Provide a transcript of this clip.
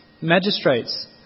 magistrates